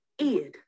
id